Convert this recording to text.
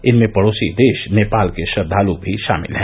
इनमें पड़ोसी देष नेपाल के श्रद्धालु भी षामिल हैं